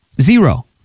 Zero